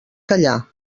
callar